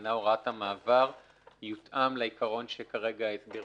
שעניינה הוראת המעבר יותאם לעיקרון שכרגע הסביר